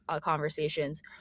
conversations